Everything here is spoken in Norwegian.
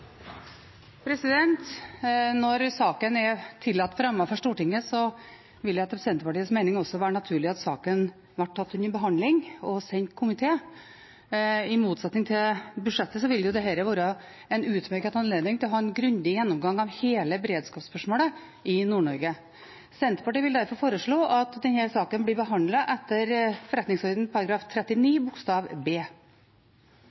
Når saken er tillatt fremmet for Stortinget, vil det etter Senterpartiets mening også være naturlig at den blir tatt opp til behandling og sendt til en komité. I motsetning til budsjettbehandlingen vil dette være en utmerket anledning til å ha en grundig gjennomgang av hele beredskapsspørsmålet i Nord-Norge. Senterpartiet vil derfor foreslå at denne saken blir behandlet etter forretningsordenens § 39